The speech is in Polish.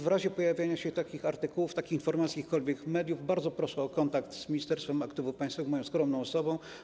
W razie pojawienia się takich artykułów, takich informacji w jakichkolwiek mediach bardzo proszę o kontakt z Ministerstwem Aktywów Państwowych, z moją skromną osobą.